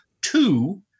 two